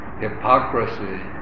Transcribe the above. hypocrisy